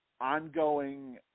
ongoing –